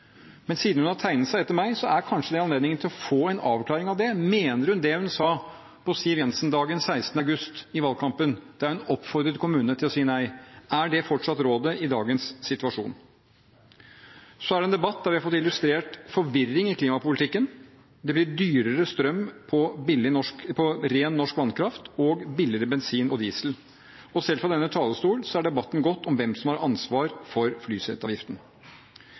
Men siden hun har tegnet seg etter meg, er det kanskje anledningen til å få en avklaring av det: Mener hun det hun sa på «Siv Jensen-dagen», den 16. august i valgkampen, da hun oppfordret kommunene til å si nei? Er det fortsatt rådet i dagens situasjon? Dette er også en debatt der vi har fått illustrert forvirring i klimapolitikken. Det blir dyrere strøm på ren norsk vannkraft og billigere bensin og diesel. Og selv fra denne talerstolen har debatten gått om hvem som har ansvaret for flyseteavgiften.